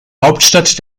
hauptstadt